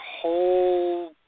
whole